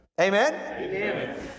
Amen